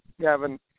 Kevin